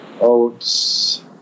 oats